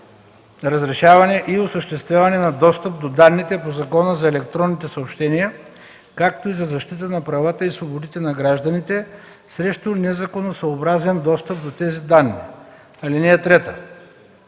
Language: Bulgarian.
разрешаване и осъществяване на достъп до данните по Закона за електронните съобщения, както и за защита на правата и свободите на гражданите срещу незаконосъобразен достъп до тези данни. (3) Комисията